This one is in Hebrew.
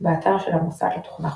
באתר של המוסד לתוכנה חופשית.